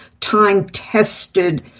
time-tested